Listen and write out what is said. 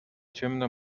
ciemna